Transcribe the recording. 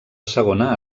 segona